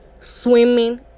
swimming